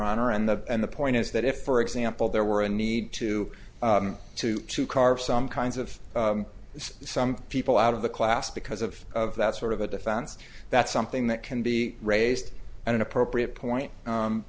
honor and the and the point is that if for example there were a need to to to carve some kinds of some people out of the class because of that sort of a defense that's something that can be raised an appropriate point